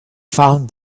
found